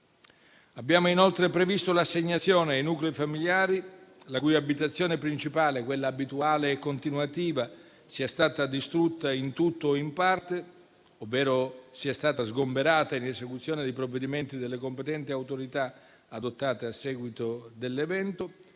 Abbiamo inoltre previsto l'assegnazione ai nuclei familiari, la cui abitazione principale, quella abituale e continuativa, sia stata distrutta in tutto o in parte, ovvero sia stata sgomberata in esecuzione di provvedimenti delle competenti autorità adottati a seguito dell'evento